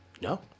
No